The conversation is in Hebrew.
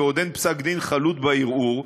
ועוד אין פסק-דין חלוט בערעור,